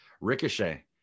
ricochet